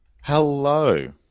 hello